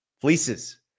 fleeces